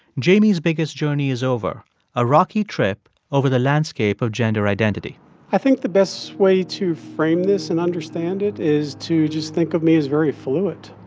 jamie's biggest journey is over a rocky trip over the landscape of gender identity i think the best way to frame this and understand it is to just think of me as very fluid